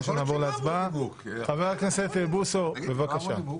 חבר הכנסת בוסו, בבקשה.